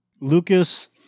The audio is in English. Lucas